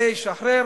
זה ישחרר,